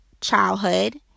childhood